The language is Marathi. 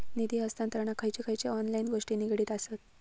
निधी हस्तांतरणाक खयचे खयचे ऑनलाइन गोष्टी निगडीत आसत?